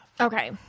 Okay